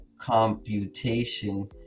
computation